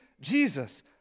Jesus